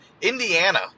Indiana